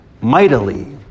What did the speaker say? mightily